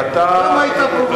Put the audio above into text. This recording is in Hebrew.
גם היא היתה פרובוקטיבית,